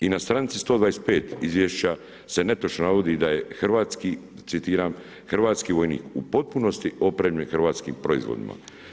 I na stranici 125 Izvješća se netočno navodi da je citiram: „hrvatski vojnik u potpunosti opremljen hrvatskim proizvodima“